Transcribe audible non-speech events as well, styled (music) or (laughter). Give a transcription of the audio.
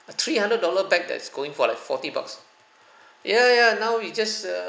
a three hundred dollar bag that's going for like forty bucks (breath) ya ya now we just err